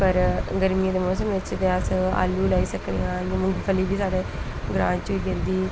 पर गर्मियें दे मौसम च गै अस आलू लाई सकदे आं ते मुंगफली बी ग्रांऽ च होई जंदी